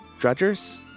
Drudgers